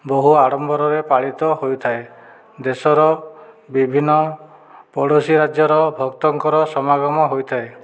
ବହୁ ଆଡ଼ମ୍ବରରେ ପାଳିତ ହୋଇଥାଏ ଦେଶର ବିଭିନ୍ନ ପଡ଼ୋଶୀ ରାଜ୍ୟର ଭକ୍ତଙ୍କର ସମାଗମ ହୋଇଥାଏ